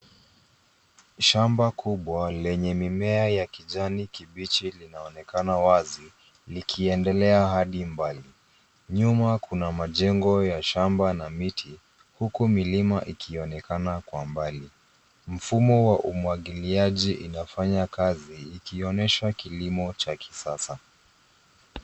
Shamba kubwa lenye mimea ya kijani kibichi linaonekana wazi, likiendelea hadi mbali. Nyuma kuna majengo ya shamba na miti huku milima ikionekana kwa mbali. Mfumo wa umwagiliaji inafanya kazi ikionyesha kilimo cha kisasa.